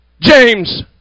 James